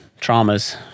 traumas